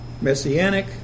messianic